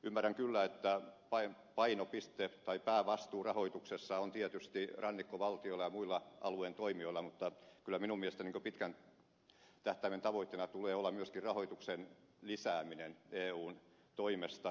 ymmärrän kyllä että painopiste tai päävastuu rahoituksessa on tietysti rannikkovaltioilla ja muilla alueen toimijoilla mutta kyllä minun mielestäni pitkän tähtäimen tavoitteena tulee olla myöskin rahoituksen lisääminen eun toimesta